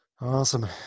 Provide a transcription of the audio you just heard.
Awesome